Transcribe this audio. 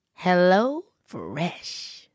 HelloFresh